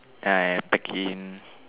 and I pack in